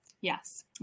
Yes